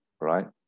right